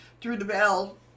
through-the-bell